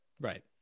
Right